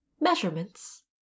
Measurements